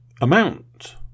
amount